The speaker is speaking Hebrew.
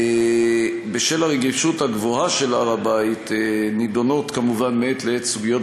בשל הרגישות הגבוהה של הר-הבית נדונות כמובן מעת לעת סוגיות